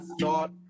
thought